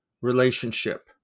relationship